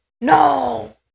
No